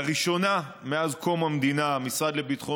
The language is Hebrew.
לראשונה מאז קום המדינה המשרד לביטחון